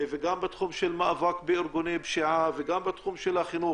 גם בתחום המאבק בארגוני השפיעה וגם בתחום החינוך.